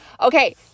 Okay